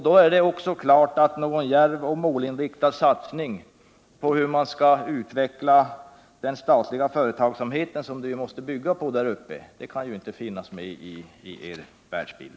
Då är det klart att någon djärv och målinriktad satsning för att utveckla den statliga företagsamheten — som man måste bygga på där uppe — inte kan finnas med i er världsbild.